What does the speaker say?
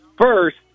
first